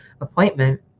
appointment